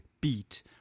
beat